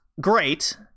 great